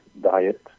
diet